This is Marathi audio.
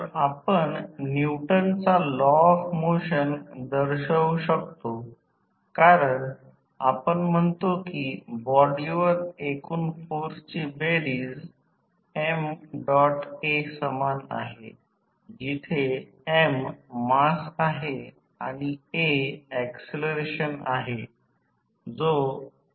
तर वॅटमीटर जे काही देईल ते मुळात मूळ तोटा देईल म्हणजेच म्हणजे एक ओपन सर्किट भार नाही आणि अम्मेटर I0 देईल भार नाही आणि व्हॅटमीटर ओपन सर्किट भार शक्ती लॉस देईल आणि हे व्होल्टेज 110 व्होल्ट देत आहे